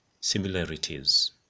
similarities